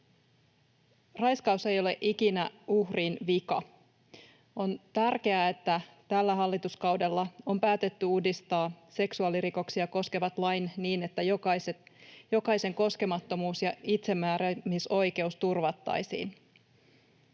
Raiskaus ei ole ikinä uhrin vika. On tärkeää, että tällä hallituskaudella on päätetty uudistaa seksuaalirikoksia koskevat lait niin, että jokaisen koskemattomuus ja itsemääräämisoikeus turvattaisiin.